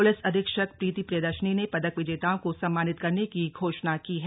police अधीक्षक प्रीति प्रियदर्शिनी ने पदक विजेताओं को सम्मानित करने की घोषणा की है